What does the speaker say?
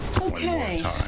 Okay